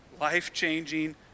life-changing